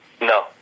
No